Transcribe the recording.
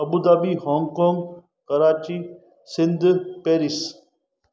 Abu Dhabi Hong Kong Karachi Sindh Paris